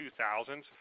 2000s